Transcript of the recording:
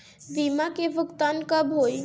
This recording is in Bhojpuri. बीमा का भुगतान कब होइ?